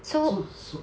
so so